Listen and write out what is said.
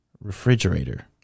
refrigerator